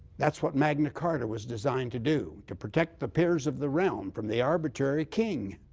that's what magna carta was designed to do to protect the peers of the realm from the arbitrary king.